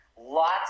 lots